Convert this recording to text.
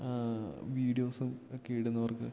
വീഡിയോസും ഒക്കെ ഇടുന്നവർക്ക്